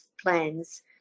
plans